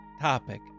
topic